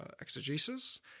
exegesis